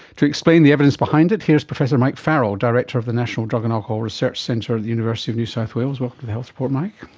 to explain the evidence behind it, here is professor mike farrell director of the national drug and alcohol research centre at the university of new south wales. welcome to the health report mike.